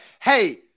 hey